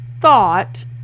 thought